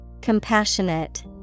Compassionate